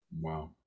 Wow